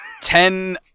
ten